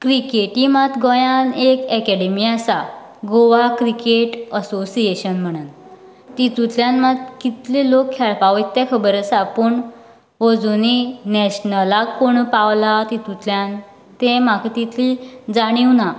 क्रिकेटी मात गोंयांत एक एकेडेमी आसा गोवा क्रिकेट असोशियेशन म्हणोन तितुंतल्यान मात कितलें लोक खेळपाक वयता तें खबर आसा पूण अजुनूय नॅशनलाक कोण पावला तितूंतल्यान तें म्हाका तितलीं जाणीव ना